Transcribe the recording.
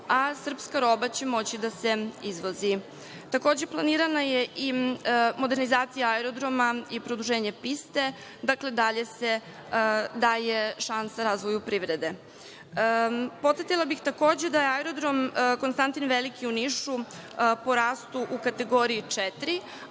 a srpska roba će moći da se izvozi. Takođe, planirana je i modernizacija aerodroma i produženje piste, dakle, dalje se daje šansa razvoju privrede. Podsetila bih, takođe, da je aerodrom „Konstantin Veliki“ u Nišu po rastu u kategoriji 4,